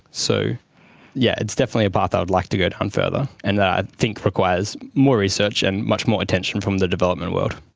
so yes, yeah it's definitely a path i would like to go down further and that i think requires more research and much more attention from the development world.